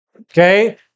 okay